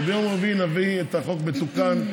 וביום רביעי נביא את החוק מתוקן,